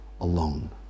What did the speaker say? alone